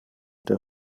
der